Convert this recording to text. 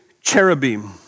cherubim